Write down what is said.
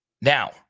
Now